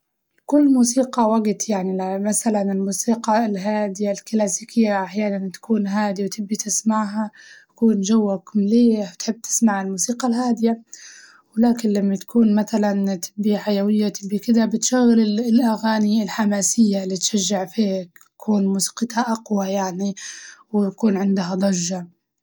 لكل موسيقى وقت يعني ل- مسلاً الموسيقى الهادية الكلاسيكية هي تكون هادية وتبي تسمعها تكون جوك بليه وتحب تسمعها الموسيقى الهادية، ولكن لما تكون متلاً تبي حيوية تبي كدة بتشغل ال- الأغاني الحماسية اللي تشجع فيك تكون موسيقتها أقوى يعني، ويكون عندها ضجة.